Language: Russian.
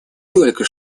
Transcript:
только